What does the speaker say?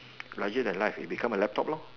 larger than life it become a laptop lor